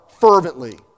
fervently